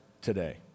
today